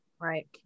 Right